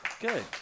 Good